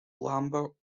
lambert